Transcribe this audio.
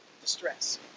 distress